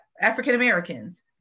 African-Americans